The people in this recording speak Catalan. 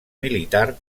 militar